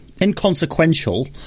inconsequential